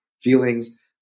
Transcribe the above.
feelings